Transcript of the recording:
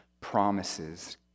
promises